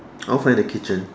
I want to find the kitchen